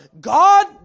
God